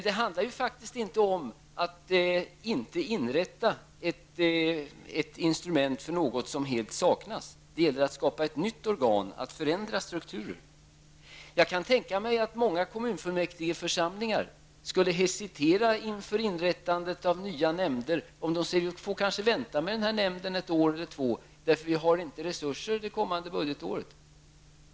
Det handlar faktiskt inte om att inte inrätta ett instrument för något som helt saknas, utan det gäller att skapa ett nytt organ och att förändra strukturen. Jag kan tänka mig att många kommunfullmäktigeförsamlingar skulle hesitera inför inrättandet av nya nämnder. De kanske skulle få vänta med denna nämnd ett år eller två, eftersom det inte finns resurser under det kommande budgetåret.